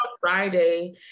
Friday